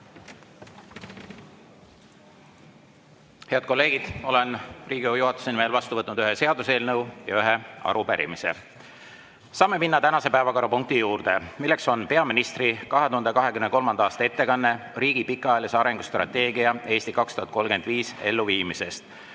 Head kolleegid, olen Riigikogu juhatuse nimel vastu võtnud ühe seaduseelnõu ja ühe arupärimise. Saame minna tänase päevakorrapunkti juurde, milleks on peaministri 2023. aasta ettekanne riigi pikaajalise arengustrateegia "Eesti 2035" elluviimisest.